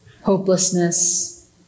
hopelessness